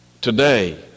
Today